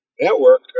network